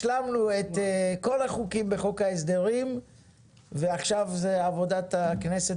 השלמנו את כל החוקים בחוק ההסדרים ועכשו זה עבודת הכנסת